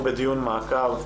אנחנו בדיון מעקב.